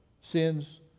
Sin's